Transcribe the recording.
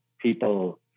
people